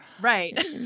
Right